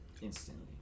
instantly